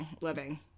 living